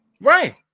right